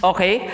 Okay